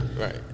Right